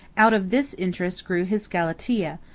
out of this interest grew his galatea,